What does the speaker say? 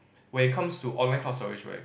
when it comes to online cloud storage right